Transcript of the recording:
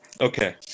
Okay